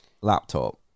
laptop